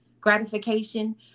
gratification